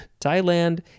thailand